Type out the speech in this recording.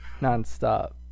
Nonstop